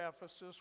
Ephesus